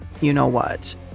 you-know-what